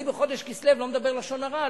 אני בחודש כסלו לא מדבר לשון הרע,